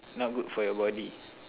not good for your body